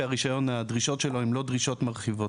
הרישיון הן לא דרישות מרחיבות.